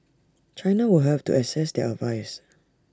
China will have to assess their advice